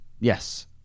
Yes